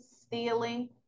stealing